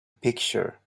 picture